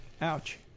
ouch